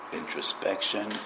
introspection